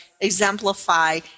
exemplify